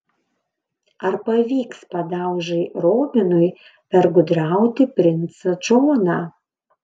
ar pavyks padaužai robinui pergudrauti princą džoną